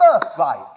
birthright